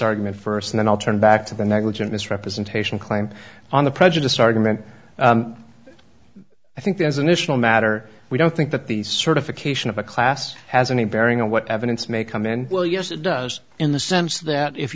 argument first and then i'll turn back to the negligent misrepresentation claim on the prejudice argument i think there's initial matter we don't think that the certification of a class has any bearing on what evidence may come in well yes it does in the sense that if